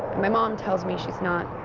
my mom tells me she's not